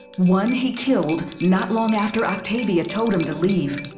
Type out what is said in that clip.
one he killed, not long after octavia told him to leave.